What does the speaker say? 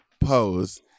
Pose